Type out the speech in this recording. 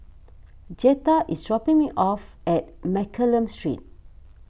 Jetta is dropping me off at Mccallum Street